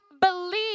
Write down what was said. believe